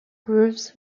grooves